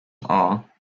are